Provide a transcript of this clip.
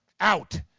Out